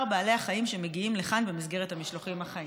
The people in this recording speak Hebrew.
בעלי החיים שמגיעים לכאן במסגרת המשלוחים החיים.